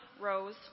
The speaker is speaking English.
Rose